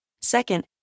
Second